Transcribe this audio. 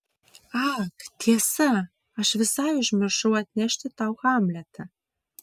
ak tiesa aš visai užmiršau atnešti tau hamletą